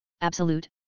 absolute